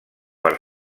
per